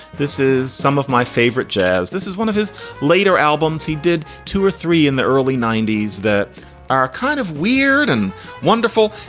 this is some of my favorite jazz. this is one of his later albums. he did two or three in the early ninety s that are kind of weird and wonderful.